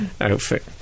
outfit